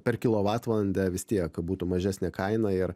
per kilovatvalandę vis tiek būtų mažesnė kaina ir